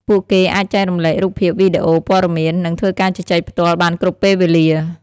ពួកគេអាចចែករំលែករូបភាព វីដេអូ ព័ត៌មាន និងធ្វើការជជែកផ្ទាល់បានគ្រប់ពេលវេលា ។